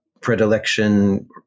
predilection